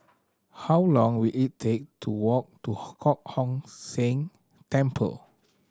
how long will it take to walk to Kong Hock Seng Temple